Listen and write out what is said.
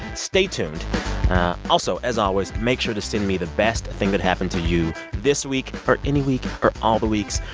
stay tuned also, as always, make sure to send me the best thing that happened to you this week for any week or all the weeks.